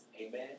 Amen